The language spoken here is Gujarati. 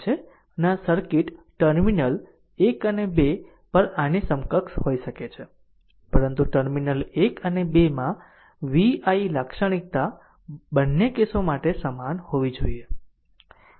અને આ સર્કિટ ટર્મિનલ 1 અને 2 પર આની સમકક્ષ હોઈ શકે છે પરંતુ ટર્મિનલ એક અને બેમાં v i લાક્ષણિકતા બંને કેસો માટે સમાન હોવી જોઈએ